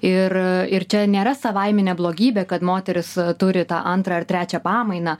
ir ir čia nėra savaiminė blogybė kad moteris turi tą antrą ar trečią pamainą